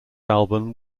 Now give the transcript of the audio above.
album